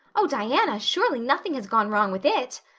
oh, diana, surely nothing has gone wrong with it!